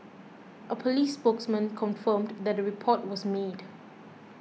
a police spokesman confirmed that a report was made